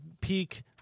peak